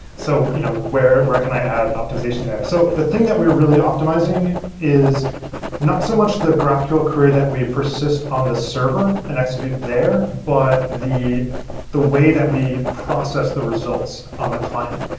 so you know where where can i add optimization there? so the thing that we're really optimizing is not so much the graphql query that we persist on the server and execute there, but the the way that we process the results on a client.